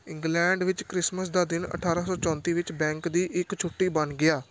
England ਵਿੱਚ Christmas ਦਾ ਦਿਨ ਅਠਾਰਾਂ ਸੌ ਚੌਂਤੀ ਵਿੱਚ ਬੈਂਕ ਦੀ ਇਕ ਛੁੱਟੀ ਬਣ ਗਿਆ